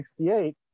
1968